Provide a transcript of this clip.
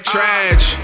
Trash